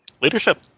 Leadership